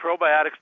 probiotics